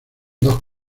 dos